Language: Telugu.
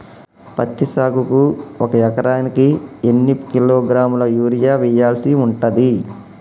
పత్తి సాగుకు ఒక ఎకరానికి ఎన్ని కిలోగ్రాముల యూరియా వెయ్యాల్సి ఉంటది?